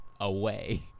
away